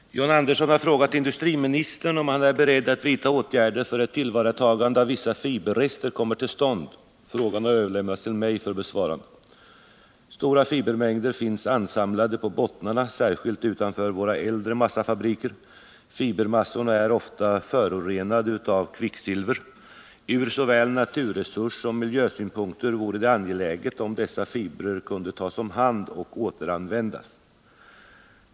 Herr talman! John Andersson har frågat industriministern om han är beredd vidta åtgärder för att ett tillvaratagande av vissa fiberrester kommer till stånd. Frågan har överlämnats till mig för besvarande. Stora fibermängder finns ansamlade på bottnarna särskilt utanför våra äldre massafabriker. Fibermassorna är ofta förorenade av kvicksilver. Ur såväl naturresurssom miljösynpunkter vore det angeläget om dessa fibrer kunde tas om hand och återanvändas.